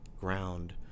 ground